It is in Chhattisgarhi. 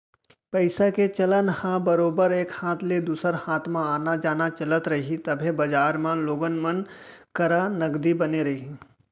पइसा के चलन ह बरोबर एक हाथ ले दूसर हाथ म आना जाना चलत रही तभे बजार म लोगन मन करा नगदी बने रही